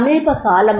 சமீப காலமாக